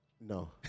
No